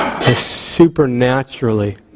supernaturally